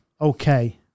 Okay